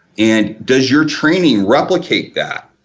and does your training replicate that?